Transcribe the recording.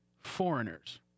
foreigners